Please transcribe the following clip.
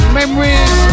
Memories